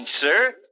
sir